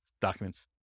documents